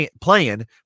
playing